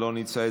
לא נמצא,